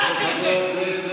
אתה כתם.